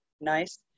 nice